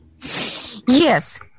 yes